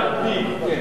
ועדת הפנים, כן.